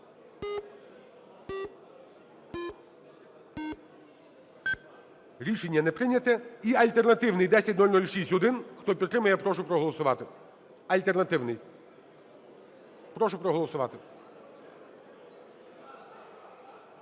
Рішення не прийняте. І альтернативний 10006-1. Хто підтримує, прошу проголосувати. Альтернативний. Прошу проголосувати.